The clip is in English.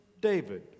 David